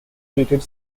created